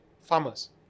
farmers